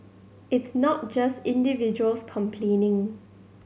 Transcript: it's not just individuals complaining